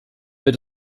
wird